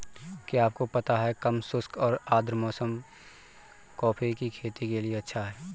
क्या आपको पता है कम शुष्क और आद्र मौसम कॉफ़ी की खेती के लिए अच्छा है?